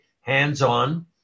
hands-on